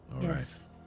Yes